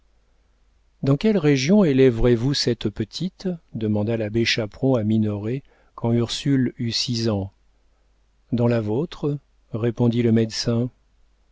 dans quelle religion élèverez vous cette petite demanda l'abbé chaperon à minoret quand ursule eut six ans dans la vôtre répondit le médecin